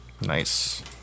Nice